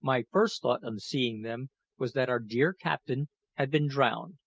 my first thought on seeing them was that our dear captain had been drowned